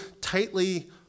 tightly